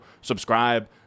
subscribe